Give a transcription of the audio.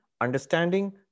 understanding